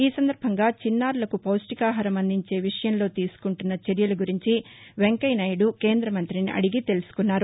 ఈ సందర్భంగా చిన్నారులకు పౌష్లికాహారం అందించే విషయంలో తీసుకుంటున్న చర్యల గురించి వెంకయ్యనాయుడు కేం్రద మంతి ని అడిగి తెలుసుకున్నారు